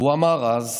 והוא אמר אז: